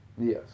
Yes